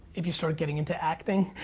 if you start getting into acting.